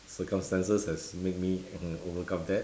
circumstances has make me overcome that